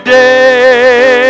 day